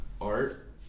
art